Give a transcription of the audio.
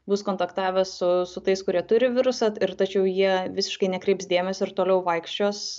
bus kontaktavę su su tais kurie turi virusą ir tačiau jie visiškai nekreips dėmesio ir toliau vaikščios